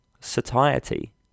satiety